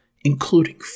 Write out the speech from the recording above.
including